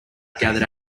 gathered